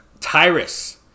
Tyrus